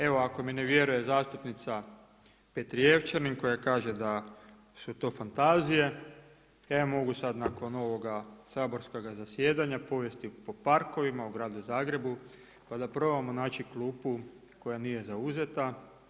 Evo ako mi ne vjeruje zastupnica Petrijevčanin koja kaže da su to fantazije, ja ju mogu sada nakon ovoga saborskoga zasjedanja povesti po parkovima u gradu Zagrebu pa da probamo naći klupu koja nije zauzeta.